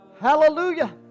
Hallelujah